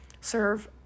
serve